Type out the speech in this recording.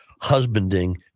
husbanding